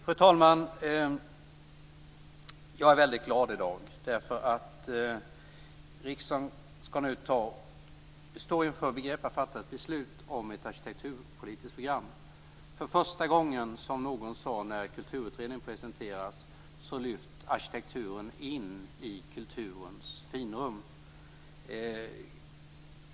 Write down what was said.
Fru talman! Jag är väldigt glad i dag därför att riksdagen står i begrepp att fatta beslut om ett arkitekturpolitiskt program. För första gången, som någon sade när Kulturutredningen presenterades, lyfts arkitekturen in i kulturens finrum.